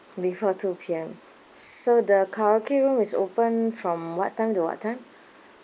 before two P_M so the karaoke room is open from what time to what time